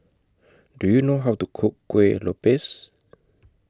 Do YOU know How to Cook Kuih Lopes